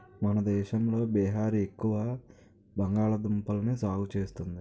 మన దేశంలో బీహార్ ఎక్కువ బంగాళదుంపల్ని సాగు చేస్తుంది